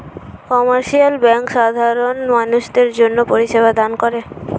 commercial bank সাধারণ মানুষদের জন্যে পরিষেবা দান করে